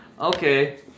Okay